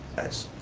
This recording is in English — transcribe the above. that's